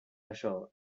ashore